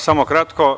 Samo kratko.